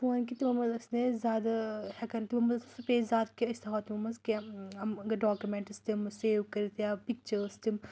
phone کہِ تِمو منٛز ٲسۍ نہٕ أسۍ زیادٕ ہٮ۪کان تِمو منٛز سٕپیس زیادٕ کہِ أسۍ تھاوہو تِمن منٛز کیٚنٛہہ ڈاکیوٗمٮ۪نٛٹٕس تِم سیو کٔرِتھ یا پِکچٲرٕس تِم